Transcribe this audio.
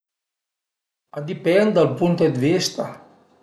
A dipend dal punt d'vista